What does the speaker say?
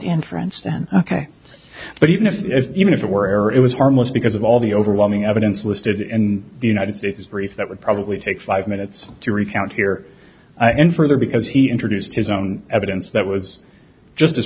in french then ok but even if if even if it were it was harmless because of all the overwhelming evidence listed in the united states briefs that would probably take five minutes to recount here in further because he introduced his own evidence that was just as